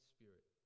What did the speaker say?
Spirit